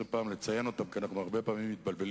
אנחנו היינו פה בשנים האלו, אנחנו מכירים.